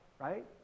right